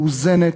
מאוזנת,